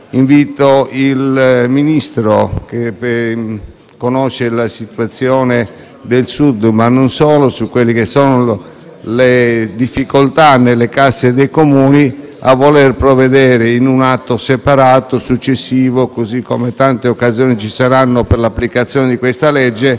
invito il Ministro, che conosce la situazione del Sud e non solo, con riferimento alle difficoltà delle casse dei Comuni, a voler provvedere in un atto separato e successivo, date le tante occasioni che ci saranno per l'applicazione di questo